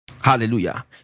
Hallelujah